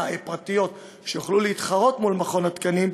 פרטיות שיוכלו להתחרות מול מכון התקנים,